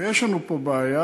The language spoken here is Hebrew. ויש לנו פה בעיה.